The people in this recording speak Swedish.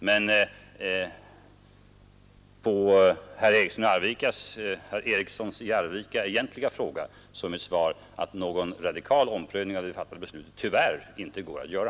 Men på herr Erikssons i Arvika egentliga fråga är mitt svar, att någon generell omprövning av det fattade beslutet tyvärr inte går att göra.